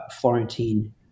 Florentine